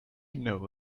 know